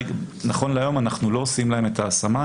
נכון להיום אנחנו לא עושים להם את ההשמה,